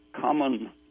common